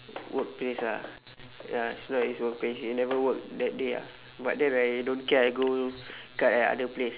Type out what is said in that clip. workplace ah ya he's not at his workplace he never work that day ah but then I don't care I go cut at other place